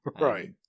Right